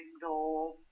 door